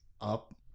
up